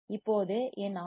இப்போது என் ஆர்